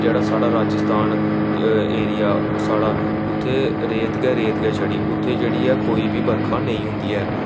जेह्ड़ा साढ़ा राजस्थान एरिया ओह् साढ़ा उत्थै रेत गै रेत गै छड़ी उत्थै जेह्ड़ी ऐ कोई बी बरखा नेईं होंदी ऐ